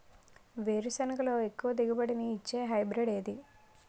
వేరుసెనగ లో ఎక్కువ దిగుబడి నీ ఇచ్చే హైబ్రిడ్ ఏది?